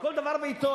כל דבר בעתו,